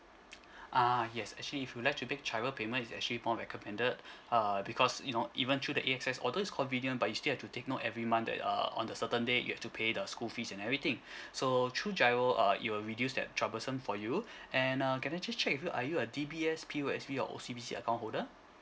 ah yes actually if you'd like to make giro payments it's actually more recommended uh because you know even through the A_X_S although it's convenient but you still have to take note every month that err on the certain day you have to pay the school fees and everything so through giro uh it will reduce that troublesome for you and uh can I just check with you are you a D_B_S P_O_S_B or O_C_B_C account holder